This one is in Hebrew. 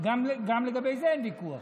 גם לגבי זה אין ויכוח,